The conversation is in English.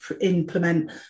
implement